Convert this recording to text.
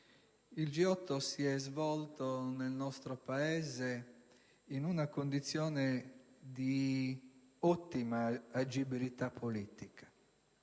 il G8 si è svolto nel nostro Paese in una condizione di ottima agibilità politica.